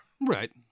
Right